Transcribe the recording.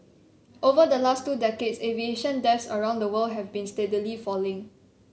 over the last two decades aviation deaths around the world have been steadily falling